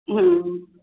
ਹੁੰ